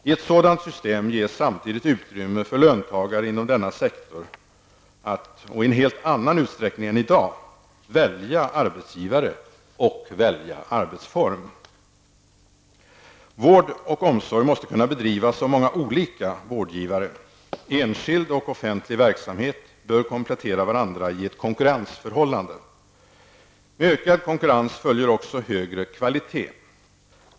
I ett sådant system ges samtidigt utrymme för löntagare inom denna sektor att -- i en helt annan utsträckning än i dag -- välja arbetsgivare och arbetsform. Vård och omsorg måste kunna bedrivas av många olika vårdgivare: enskild och offentlig verksamhet bör komplettera varandra i ett konkurrensförhållande. Med ökad konkurrens följer också högre kvalitet.